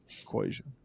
equation